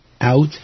out